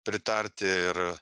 pritarti ir